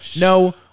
No